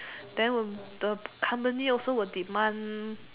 then the company also will demand